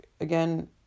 again